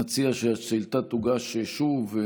אני מציע שהשאילתה תוגש שוב.